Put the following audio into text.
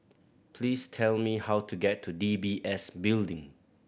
please tell me how to get to D B S Building